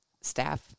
staff